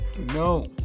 no